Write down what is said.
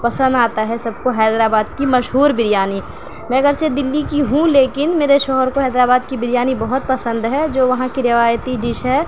پسند آتا ہے سب کو حیدرآباد کی مشہور بریانی میں اگرچہ دلّی کی ہوں لیکن میرے شوہر کو حیدرآباد کی بریانی بہت پسند ہے جو وہاں کی روایتی ڈش ہے